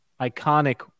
iconic